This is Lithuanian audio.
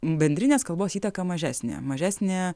bendrinės kalbos įtaka mažesnė mažesnė